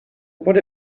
what